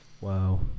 wow